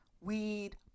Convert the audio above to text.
Weed